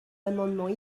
amendements